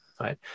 right